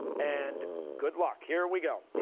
and good luck, here we go.